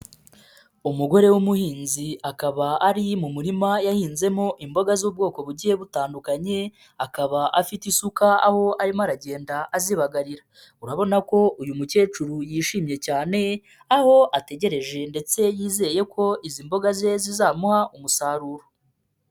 Umugore w'umuhinzi akaba ari mu murima yahinzemo imboga z'ubwoko bugiye butandukanye, akaba afite isuka aho arimo aragenda azibagarira, urabona ko uyu mukecuru yishimye cyane, aho ategereje ndetse yizeye ko izi mboga ze zizamuha umusaruro.